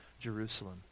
Jerusalem